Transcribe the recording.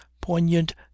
poignant